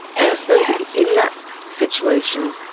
and i suppose in that situation,